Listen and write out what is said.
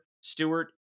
Stewart